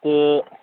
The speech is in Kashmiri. تہٕ